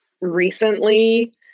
recently